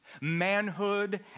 manhood